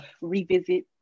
revisit